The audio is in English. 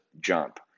jump